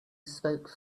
spoke